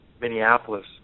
Minneapolis